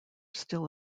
still